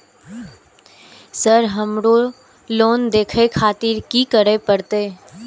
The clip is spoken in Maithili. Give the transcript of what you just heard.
सर हमरो लोन देखें खातिर की करें परतें?